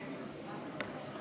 (חותם על ההצהרה)